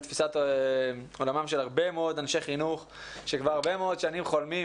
את תפיסת עולמם של הרבה מאוד אנשי חינוך שכבר הרבה מאוד שנים חולמים